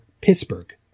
Pittsburgh